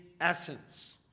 essence